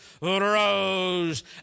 rose